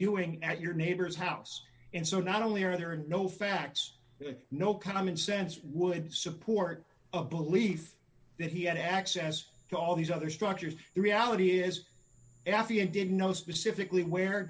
doing at your neighbor's house and so not only are there are no facts no common sense would support a belief that he had access to all these other structures the reality is if you did know specifically where